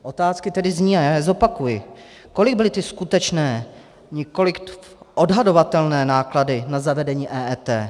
Otázky tedy zní, já je zopakuji: Kolik byly ty skutečné, nikoli odhadovatelné, náklady na zavedení EET?